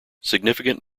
significant